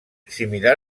similar